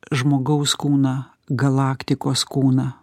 žmogaus kūną galaktikos kūną